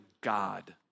God